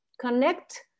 connect